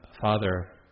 Father